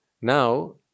Now